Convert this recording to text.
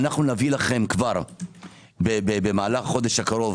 נביא לכם כבר במהלך החודש הקרוב